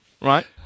right